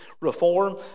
reform